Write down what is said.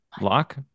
lock